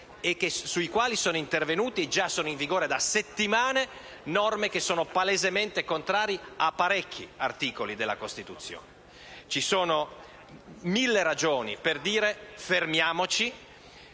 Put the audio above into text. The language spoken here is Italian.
aspetti sono intervenute e sono già in vigore da settimane norme palesemente contrarie a parecchi articoli della Costituzione. Ci sono mille ragioni per dire: fermiamoci